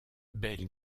bel